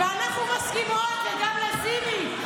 ואנחנו מסכימות, וגם לזימי.